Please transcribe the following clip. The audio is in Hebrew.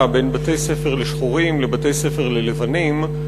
בין בתי-ספר לשחורים לבתי-ספר ללבנים,